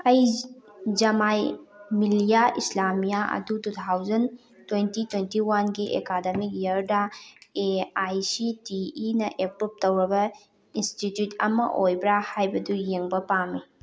ꯑꯩ ꯖꯃꯥꯏ ꯃꯤꯂꯤꯌꯥ ꯏꯁꯂꯥꯃꯤꯌꯥ ꯑꯗꯨ two thousand twenty twenty ꯋꯥꯟꯒꯤ ꯑꯦꯀꯥꯗꯃꯤꯛ ꯏꯌꯥꯔꯗ ꯑꯦ ꯑꯥꯏ ꯁꯤ ꯇꯤ ꯏꯅ ꯑꯦꯄ꯭ꯔꯨꯞ ꯇꯧꯔꯕ ꯏꯟꯁꯇꯤꯇ꯭ꯌꯨꯠ ꯑꯃ ꯑꯣꯏꯕ꯭ꯔꯥ ꯍꯥꯏꯕꯗꯨ ꯌꯦꯡꯕ ꯄꯥꯝꯃꯤ